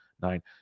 nine